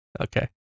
okay